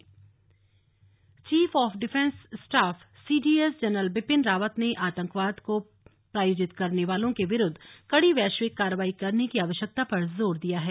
CDS Rawat chief of defence staff CDS general Bipin Rawat ने आतंकवाद को प्रायोजित करने वालों के विरूद्व कड़ी वैश्विक कार्रवाई करने की आवश्यकता पर जोर दिया है